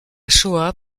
shoah